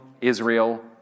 Israel